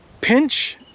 pinch